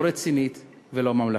לא רצינית ולא ממלכתית.